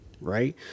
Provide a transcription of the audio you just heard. right